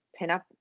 pinup